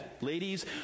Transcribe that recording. ladies